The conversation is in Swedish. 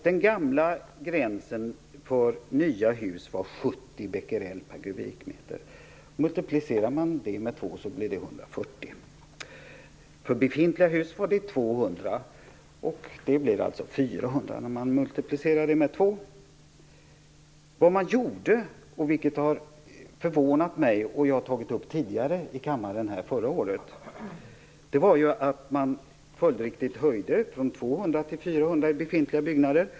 Den gamla gränsen för nya hus var 70 Bq/m3. Om man multiplicerar det med två blir det 140. För befintliga hus var gränsen 200. Det blir alltså 400 när man multiplicerar det med två. Man gjorde något som förvånar mig; det tog jag upp förra året här i kammaren. Man höjde följdriktigt gränsen från 200 Bq till 400 Bq för befintliga byggnader.